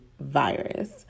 virus